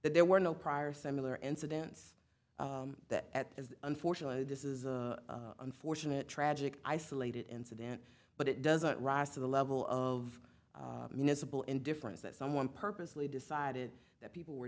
that there were no prior similar incidents that is unfortunately this is unfortunate tragic isolated incident but it doesn't rise to the level of municipal indifference that someone purposely decided that people were